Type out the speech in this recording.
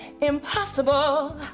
Impossible